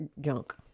junk